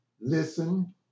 listen